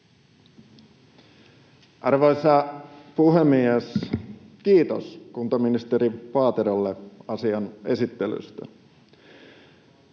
Arvoisa puhemies! Kiitos kuntaministeri Paaterolle asian esittelystä.